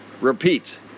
Repeat